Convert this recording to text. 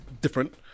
different